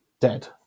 dead